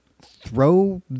throw